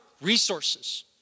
Resources